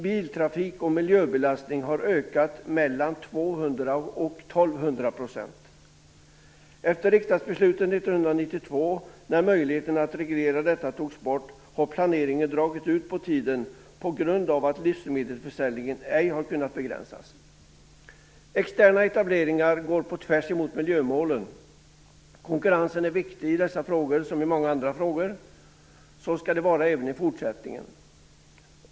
Biltrafik och miljöbelastning har ökat med mellan 200 och Efter riksdagsbeslutet 1992, när möjligheten att reglera detta togs bort, har planeringen dragit ut på tiden på grund av att livsmedelsförsäljningen inte har kunnat begränsas. Externa etableringar går på tvärs mot miljömålen. Konkurrensen är viktig i dessa sammanhang som i många andra sammanhang. Så skall det vara även i fortsättningen.